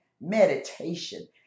meditation